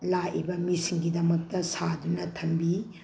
ꯂꯥꯛꯏꯕ ꯃꯤꯁꯤꯡꯒꯤꯗꯃꯛꯇ ꯁꯥꯗꯨꯅ ꯊꯝꯕꯤ